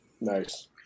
Nice